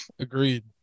Agreed